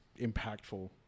impactful